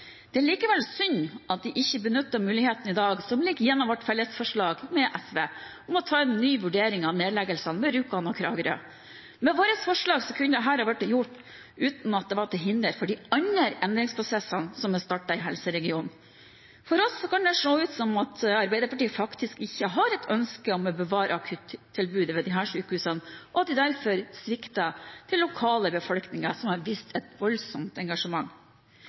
Det er likevel synd at de ikke benytter muligheten i dag – som ligger gjennom vårt fellesforslag med SV – til å ta en ny vurdering av nedleggelsene ved Rjukan og Kragerø. Med vårt forslag kunne dette ha blitt gjort uten at det var til hinder for de andre endringsprosessene som er startet i helseregionen. For oss kan det se ut som at Arbeiderpartiet faktisk ikke har et ønske om å bevare akuttilbudet ved disse sykehusene, og at de derfor svikter den lokale befolkningen, som har vist et voldsomt engasjement.